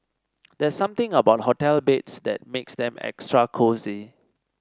there's something about hotel beds that makes them extra cosy